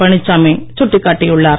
பழனிசாமி சுட்டிக் காட்டியுள்ளார்